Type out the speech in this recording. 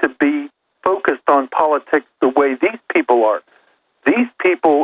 to be focused on politics the way the people are these people